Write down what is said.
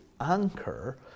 anchor